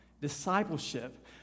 Discipleship